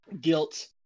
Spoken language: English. guilt